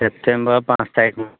চেপ্তেম্বৰৰ পাঁচ তাৰিখ